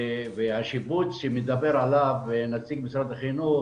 השיבוץ שמדבר עליו נציג משרד החינוך,